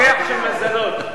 של מזלות.